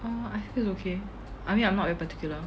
ah I feel okay I mean I'm not that particular